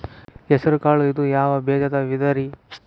ಹೆಸರುಕಾಳು ಇದು ಯಾವ ಬೇಜದ ವಿಧರಿ?